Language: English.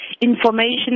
information